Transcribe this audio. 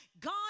God